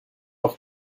auch